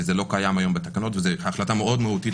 וזה לא קיים היום בתקנות וזו החלטה מאוד מהותית,